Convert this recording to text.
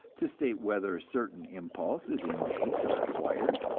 to state whether a certain impulse is innate or acquired.